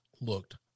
looked